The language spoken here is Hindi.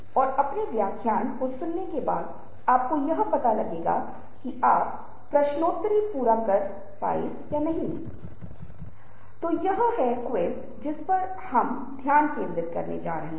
इसलिए पाठ्यक्रम की सामग्री महत्वपूर्ण है लेकिन आज मैं इस शैली के बारे में अधिक जोर देने जा रहा हूं इसका मतलब है कि हम कैसे संवाद करने जा रहे हैं